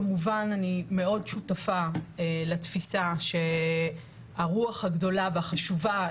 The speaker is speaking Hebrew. כמובן אני מאוד שותפה לתפיסה שהרוח הגדולה והחשובה,